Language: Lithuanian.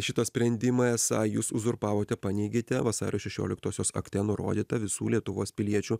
šitą sprendimą esą jūs uzurpavote paneigėte vasario šešioliktosios akte nurodytą visų lietuvos piliečių